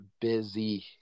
busy